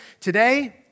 Today